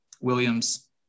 Williams